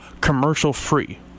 commercial-free